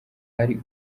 ari